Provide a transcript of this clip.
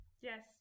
yes